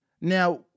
Now